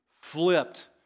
flipped